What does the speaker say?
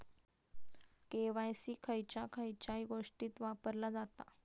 KYC खयच्या खयच्या गोष्टीत वापरला जाता?